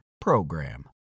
PROGRAM